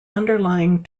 underlying